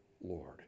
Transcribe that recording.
Lord